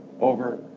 over